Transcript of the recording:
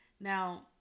Now